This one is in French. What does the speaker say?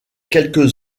quelques